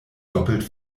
doppelt